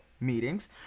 meetings